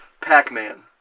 Pac-Man